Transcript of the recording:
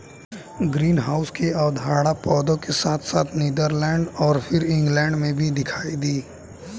greenhouse की अवधारणा पौधों के साथ साथ नीदरलैंड और फिर इंग्लैंड में भी दिखाई दी